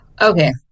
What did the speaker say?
Okay